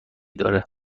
داره